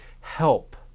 Help